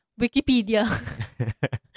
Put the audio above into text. Wikipedia